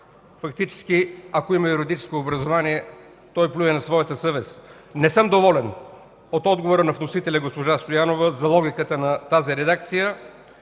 фактически, ако има юридическо образование, той плюе на своята съвест. Не съм доволен от отговора на вносителя госпожа Стоянова за логиката на тази редакция.